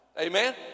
amen